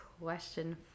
question